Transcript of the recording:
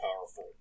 powerful